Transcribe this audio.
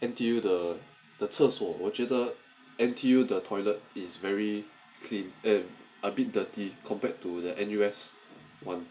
N_T_U the the 厕所我我觉得 N_T_U the toilet is very clean them eh a bit dirty compared to the N_U_S [one]